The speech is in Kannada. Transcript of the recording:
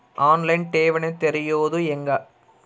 ಆನ್ ಲೈನ್ ಠೇವಣಿ ತೆರೆಯೋದು ಹೆಂಗ?